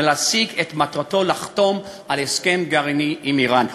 להשיג את מטרתו לחתום על הסכם גרעיני עם איראן.